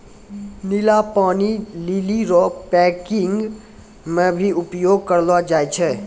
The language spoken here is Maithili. नीला पानी लीली रो पैकिंग मे भी उपयोग करलो जाय छै